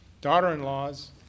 daughter-in-laws